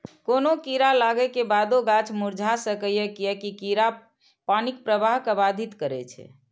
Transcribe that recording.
कोनो कीड़ा लागै के बादो गाछ मुरझा सकैए, कियैकि कीड़ा पानिक प्रवाह कें बाधित करै छै